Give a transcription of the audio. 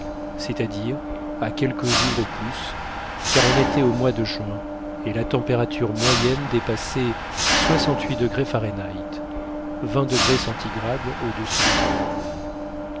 c'est-à-dire à quelques jours au plus car on était au mois de juin et la température moyenne dépassait soixante-huit degrés fahrenheit